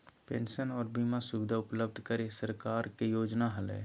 pension आर बीमा सुविधा उपलब्ध करे के सरकार के योजना हलय